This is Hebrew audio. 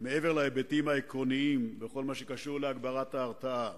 מעבר להיבטים העקרוניים בכל מה שקשור להגברת ההרתעה